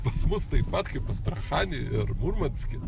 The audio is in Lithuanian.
pas mus taip pat kaip astrachanėj murmanske